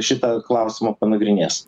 šitą klausimą panagrinės